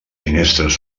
finestres